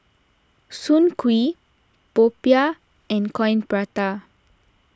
Soon Kuih Popiah and Coin Prata